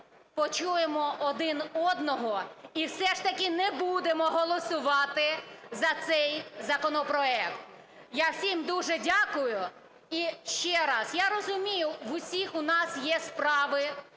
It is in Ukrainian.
почуємо один одного і все ж таки не будемо голосувати за цей законопроект. Я всім дуже дякую. І ще раз. Я розумію, в усіх у нас є справи,